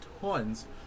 tons